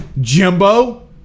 Jimbo